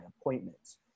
appointments